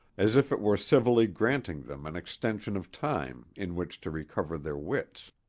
as if it were civilly granting them an extension of time in which to recover their wits.